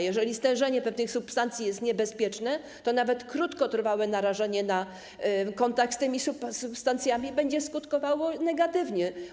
Jeżeli stężenie pewnych substancji jest niebezpieczne, to nawet krótkotrwałe narażenie na kontakt z tymi substancjami będzie skutkowało negatywnie.